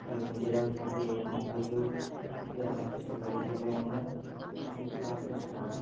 এবং নিজেরাও থাকি এবং অপরকেও সুস্থ রাখার চেষ্টা করি এইভাবে আমরা সুস্থ থাকার চেষ্টা করি